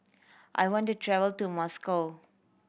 I want to travel to Moscow